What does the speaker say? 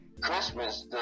Christmas